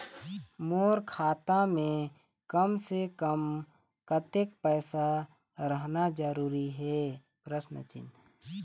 मोर खाता मे कम से से कम कतेक पैसा रहना जरूरी हे?